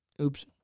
Oops